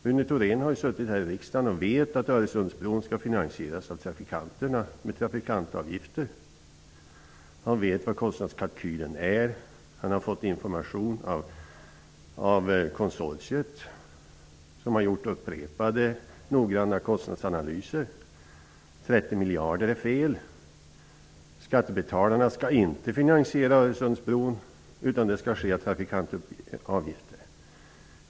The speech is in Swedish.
Rune Thorén har ju suttit i riksdagen och vet att Öresundsbron skall finansieras av trafikanterna med trafikantavgifter. Han vet hur kostnadskalkylen ser ut. Han har fått information av konsortiet, som har gjort upprepade noggranna kostnadsanalyser. Påståendet om 30 miljarder är fel. Skattebetalarna skall inte finansiera Öresundsbron, utan det skall ske med trafikantavgifter.